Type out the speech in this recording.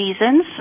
reasons